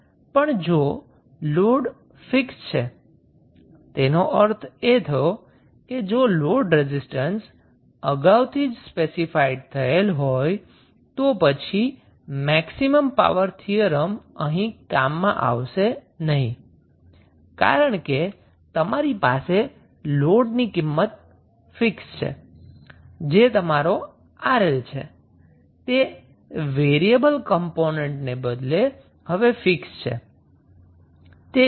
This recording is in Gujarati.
પણ જો લોડ ફિક્સ છે તેનો અર્થ એ થયો કે જો લોડ રેઝિસ્ટન્સ અગાઉથી જ સ્પેસીફાઈડ થયેલ હોય તો પછી મેક્સિમમ પાવર થીયરમ અહીં કામમાં આવશે નહી કારણ કે તમારી પાસે લોડની ફિક્સ કિંમત છે જે તમારો 𝑅𝐿 છે તે વેરીએબલ ક્મ્પોનન્ટને બદલે હવે ફિક્સ છે